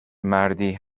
مردی